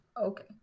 okay